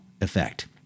effect